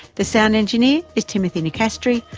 the sound engineer is timothy nicastri,